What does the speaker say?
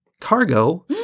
cargo